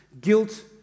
Guilt